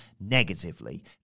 negatively